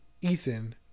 Ethan